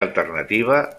alternativa